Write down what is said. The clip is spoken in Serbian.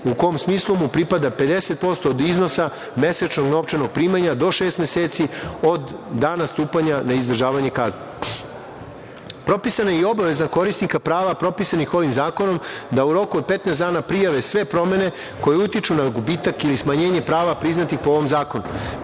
u kom smislu mu pripada 50% od iznosa mesečnog novčanog primanja do šest meseci od dana stupanja na izdržavanje kazne. Propisana je i obaveza korisnika prava propisanih ovim zakonom da u roku od 15 dana prijave sve promene koje utiču na gubitak ili smanjenje prava priznatih po ovom zakonu.